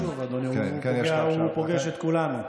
זה נושא חשוב, אדוני, הוא פוגש את כולנו.